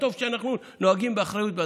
וטוב שאנחנו נוהגים באחריות,